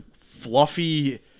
fluffy